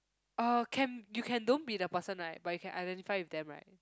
uh cam you can don't be the person right but you can identify with them right